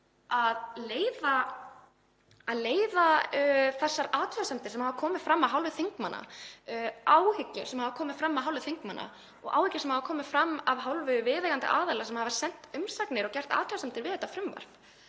af hálfu þingmanna, áhyggjur sem hafa komið fram af hálfu þingmanna og áhyggjur sem hafa komið fram af hálfu viðeigandi aðila sem hafa sent umsagnir og gert athugasemdir við þetta frumvarp,